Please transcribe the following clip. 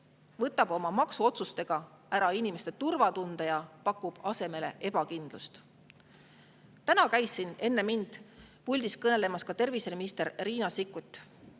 võtab oma maksuotsustega ära inimeste turvatunde ja pakub asemele ebakindlust. Täna käis siin enne mind puldis kõnelemas terviseminister Riina Sikkut.